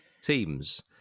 teams